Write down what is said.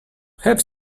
have